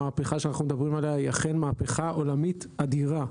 המהפכה שאנחנו מדברים עליה היא אכן מהפכה עולמית אדירה.